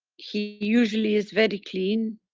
he usually is very clean.